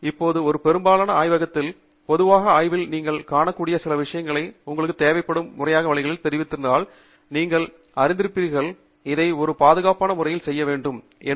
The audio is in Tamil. இப்போது ஒரு பொதுவான ஆய்வகத்தில் பொதுவான ஆய்வில் நீங்கள் காணக்கூடிய சில விஷயங்கள் உங்களுக்குத் தேவைப்படும் முறையான வழிகளில் தெரிந்திருந்தால் நீங்கள் அறிந்திருப்பீர்கள் இதை ஒரு பாதுகாப்பான முறையில் செய்ய வேண்டும் என்று